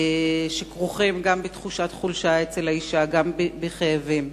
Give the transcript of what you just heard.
שכרוכים גם בתחושת חולשה אצל האשה, גם בכאבים.